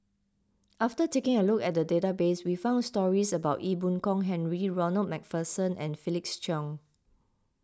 after taking a look at the database we found stories about Ee Boon Kong Henry Ronald MacPherson and Felix Cheong